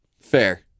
Fair